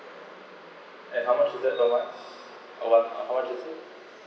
at how much would that long ah oh one how much is it